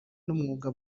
n’umwuga